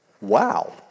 Wow